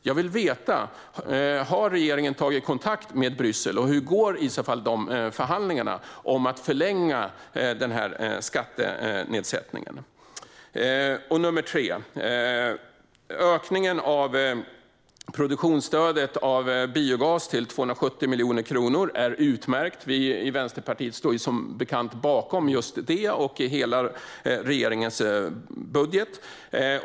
Jag vill veta om regeringen har tagit kontakt med Bryssel och hur det i så fall går i förhandlingarna om att förlänga skattenedsättningen. Den tredje gäller ökningen av produktionsstödet för biogas till 270 miljoner kronor, vilket är utmärkt. Vi i Vänsterpartiet står som bekant bakom detta och regeringens hela budget.